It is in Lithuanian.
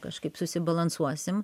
kažkaip susibalansuosim